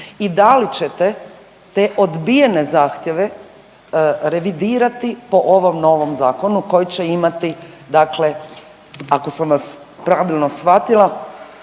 i da li ćete te odbijene zahtjeve revidirati po ovom novom zakonu koji će imati dakle ako sam vas pravilo shvatila